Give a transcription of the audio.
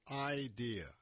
idea